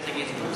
אל תגיד להתפורר.